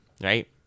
right